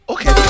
Okay